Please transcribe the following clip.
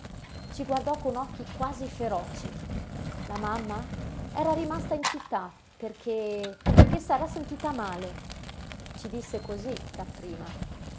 ci guardò con occhi quasi feroci la mamma era rimasta in città perché perché s'era sentita male ci disse cosí dapprima